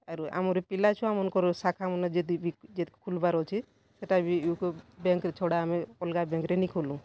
ଅରୁ ଆମର୍ ଇ ପିଲାଛୁଆମାନ୍କର୍ ସାଖା ମାନେ ଯଦି ବି ଖୋଲ୍ବାର ଅଛେ ୟୁକୋ ବ୍ୟାଙ୍କ୍ ଛଡା ଆମେ ଅଲ୍ଗା ବ୍ୟାଙ୍କ୍ରେ ନି ଖୁଲୁଁ